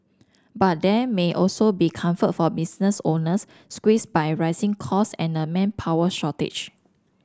but there may also be comfort for business owners squeezed by rising costs and a manpower shortage